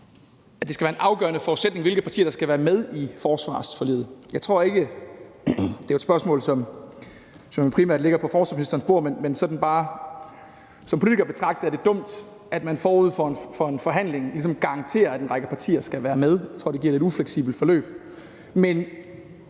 at det skal være en afgørende forudsætning, hvilke partier der skal være med i forsvarsforliget. Det er jo et spørgsmål, som primært ligger på forsvarsministerens bord, men som politiker betragtet er det dumt, at man forud for en forhandling ligesom garanterer, at en række partier skal være med, for jeg tror, det ville give et ufleksibelt forløb. Men